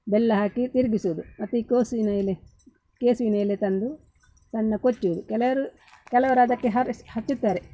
ಬೆಲ್ಲ ಹಾಕಿ ತಿರುಗಿಸುದು ಮತ್ತು ಈ ಕೆಸುವಿನ ಎಲೆ ಕೆಸ್ವಿನ ಎಲೆ ತಂದು ಸಣ್ಣ ಕೊಚ್ಚುವುದು ಕೆಲವ್ರು ಕೆಲವ್ರು ಅದಕ್ಕೆ ಹರ್ಸ್ ಹಚ್ಚುತ್ತಾರೆ